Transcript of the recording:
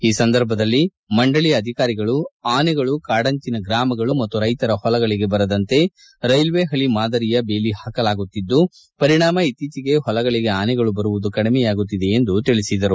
ಈ ಸಂದರ್ಭದಲ್ಲಿ ಮಂಡಳಿಯ ಅಧಿಕಾರಿಗಳು ಆನೆಗಳು ಕಾಡಂಚಿನ ಗ್ರಾಮಗಳು ಮತ್ತು ರೈತರ ಹೊಲಗಳಿಗೆ ಬರದಂತೆ ರೈಲ್ವೆ ಪಳಿ ಮಾದರಿಯ ಬೇಲಿ ಹಾಕಲಾಗುತ್ತಿದ್ದು ಪರಿಣಾಮ ಇತ್ತೀಚೆಗೆ ಹೊಲಗಳಿಗೆ ಆನೆಗಳು ಬರುವುದು ಕಡಿಮೆಯಾಗುತ್ತಿದೆ ಎಂದು ಮುಖ್ಯಮಂತ್ರಿಯವರಿಗೆ ತಿಳಿಸಿದರು